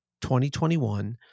2021